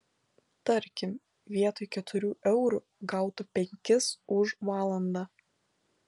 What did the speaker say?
tarkim vietoj keturių eurų gautų penkis už valandą